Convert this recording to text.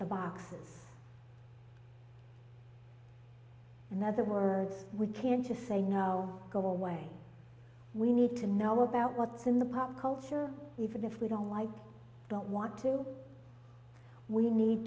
the boxes in other words we can to say now go away we need to know about what's in the pop culture even if we don't why don't want to we need